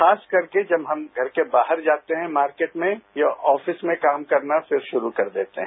खास करके जब हम घर के बाहर जाते हैं मार्केट में या ऑफिस में काम करना फ़िर शुरू कर देते हैं